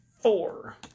Four